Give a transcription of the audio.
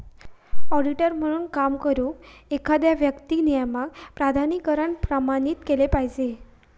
auditor म्हणून काम करुक, एखाद्या व्यक्तीक नियामक प्राधिकरणान प्रमाणित केला पाहिजे